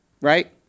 Right